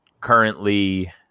currently